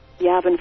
Yavin